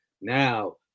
now